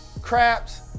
craps